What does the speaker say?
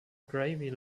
gravy